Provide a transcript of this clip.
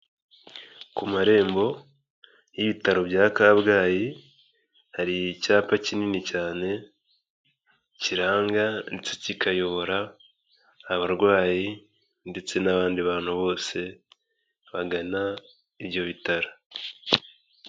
Ku marembo y'ibitaro bya Kabgayi, hari icyapa kinini cyane kiranga ndetse kikayobora abarwayi ndetse n'abandi bantu bose bagana ibyo bitaro.